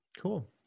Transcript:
Cool